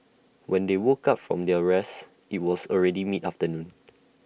when they woke up from their rest IT was already mid afternoon